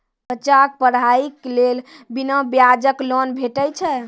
बच्चाक पढ़ाईक लेल बिना ब्याजक लोन भेटै छै?